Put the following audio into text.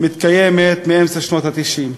מתקיימת מאמצע שנות ה-90,